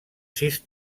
sis